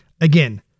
again